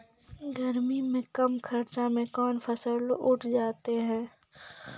गर्मी मे कम खर्च मे कौन फसल उठ जाते हैं?